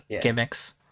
gimmicks